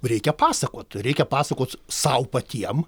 reikia pasakot reikia pasakot sau patiem